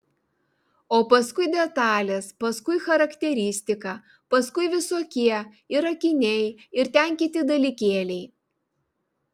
o paskui detalės paskui charakteristika paskui visokie ir akiniai ir ten kiti dalykėliai